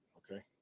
okay